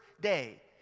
day